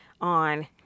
on